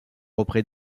auprès